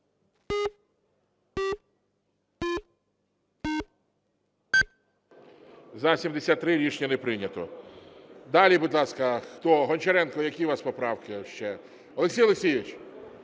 За-73 Рішення не прийнято. Далі, будь ласка, хто? Гончаренко, які у вас поправки ще? Олексій Олексійович,